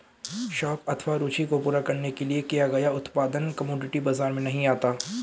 शौक अथवा रूचि को पूरा करने के लिए किया गया उत्पादन कमोडिटी बाजार में नहीं आता